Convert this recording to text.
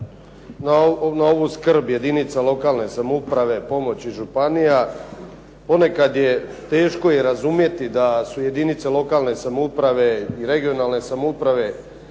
na ovu skrb jedinica lokalne samouprave, pomoći županija. Ponekad je teško i razumjeti da su jedinice lokalne samouprave i regionalne samouprave